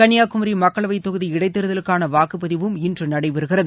கள்னியாகுமரி மக்களவைத் தொகுதி இடைத்தேர்தலுக்கான வாக்குப்பதிவும் இன்று நடைபெறுகிறது